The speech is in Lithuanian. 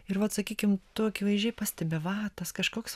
ir vat sakykim tu akivaizdžiai pastebi va tas kažkoks